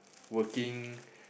working